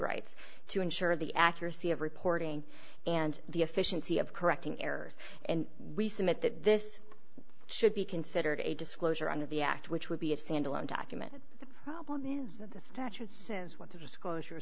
rights to ensure the accuracy of reporting and the efficiency of correcting errors and we submit that this should be considered a disclosure under the act which would be of sandal and document the problem is that the statute says what the disclosure